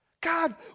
God